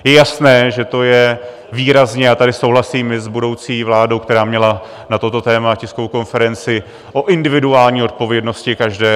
Je jasné, že to je výrazně a tady souhlasím i s budoucí vládou, která měla na toto téma tiskovou konferenci o individuální odpovědnosti každého.